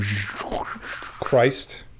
Christ